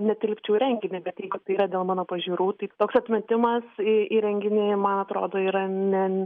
netilpčiau į renginį bet jeigu tai yra dėl mano pažiūrų tai toks atmetimas į į renginį man atrodo yra ne